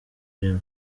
james